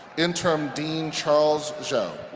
interim dean charles zhou.